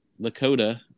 Lakota